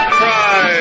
cry